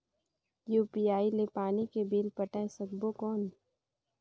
UPI ले पानी के बिल पटाय सकबो कौन?